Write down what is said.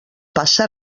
passa